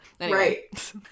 Right